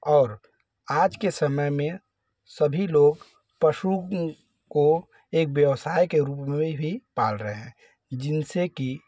और आज के समय में सभी लोग पशुओं को एक व्यवसाय के रूप में भी पाल रहे हैं जिनसे कि